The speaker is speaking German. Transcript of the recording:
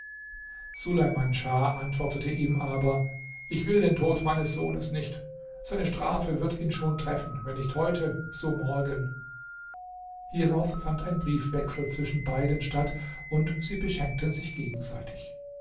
suleiman schah antwortete ihm aber ich will den tod meines sohnes nicht seine strafe wird ihn schon treffen wenn nicht heute so morgen hierauf fand ein briefwechsel zwischen beiden statt und sie beschenkten sich gegenseitig